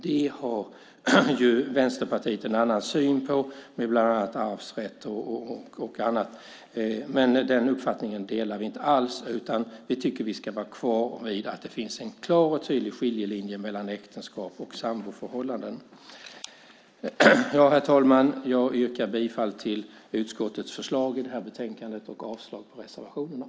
Det har ju Vänsterpartiet en annan syn på med bland annat arvsrätt och annat, men vi delar alltså inte alls den uppfattningen. Herr talman! Jag yrkar bifall till utskottets förslag i det här betänkandet och avslag på reservationen.